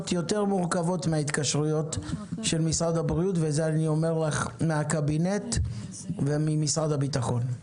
יותר מורכבות מאלה של משרד הבריאות וזה אומר לך מהקבינט וממשרד הביטחון.